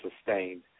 sustained